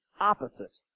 opposite